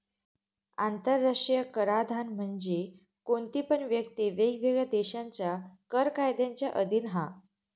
आंतराष्ट्रीय कराधान म्हणजे कोणती पण व्यक्ती वेगवेगळ्या देशांच्या कर कायद्यांच्या अधीन हा